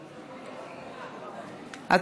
אדוני.